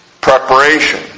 preparation